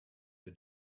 für